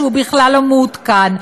שהוא בכלל לא מעודכן,